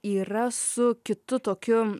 yra su kitu tokiu